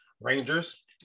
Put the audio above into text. Rangers